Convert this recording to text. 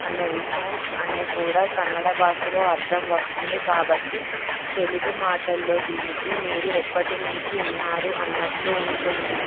అన్న విషయం అనే కూడా కన్నడ భాషలో అర్థం వస్తుంది కాబట్టి తెలుగు మాటల్లో దీనికి మీరు ఎప్పటి నుంచి ఉన్నారు అన్నట్లు ఉంటుంది